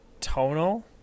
Tonal